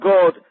God